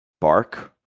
Bark